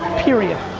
period.